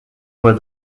were